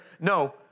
No